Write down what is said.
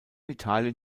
italien